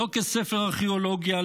לא כספר ארכיאולוגיה,